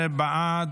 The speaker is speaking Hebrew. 14 בעד,